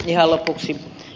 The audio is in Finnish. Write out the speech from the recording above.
ihan lopuksi ed